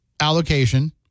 allocation